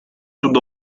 sud